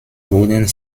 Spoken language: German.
wurden